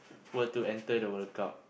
were to enter the World-Cup